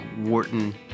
Wharton